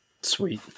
Sweet